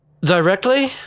Directly